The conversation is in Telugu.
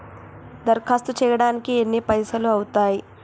దరఖాస్తు చేయడానికి ఎన్ని పైసలు అవుతయీ?